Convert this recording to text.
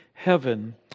heaven